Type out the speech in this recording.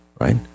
Right